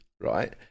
right